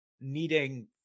needing